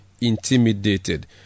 intimidated